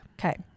Okay